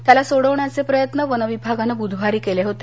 त्याला सोडवण्याचे प्रयत्न वन विभागानं बधवारी केले होते